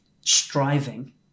striving